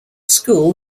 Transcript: school